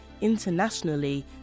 internationally